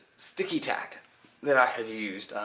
sticky tack that i had used.